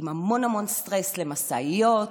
עם המון סטרס, למשאיות.